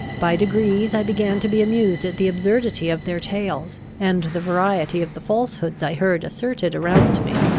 by degrees i began to be amused at the absurdity of their tales, and the variety of the falsehoods i heard asserted around me.